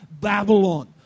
Babylon